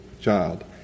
child